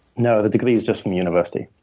no, the degree's just from university.